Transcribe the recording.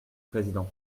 président